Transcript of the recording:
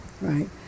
right